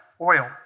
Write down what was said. oil